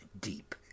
deep